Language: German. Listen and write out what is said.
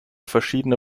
verschiedene